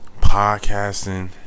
podcasting